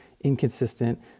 inconsistent